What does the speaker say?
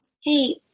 Hey